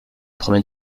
promène